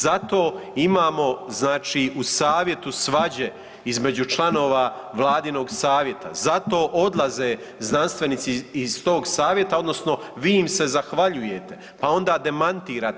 Zato imamo znači u Savjetu svađe između članova Vladinog Savjeta, zato odlaze znanstvenici iz tog Savjeta, odnosno vi im se zahvaljujete, pa onda demantirate.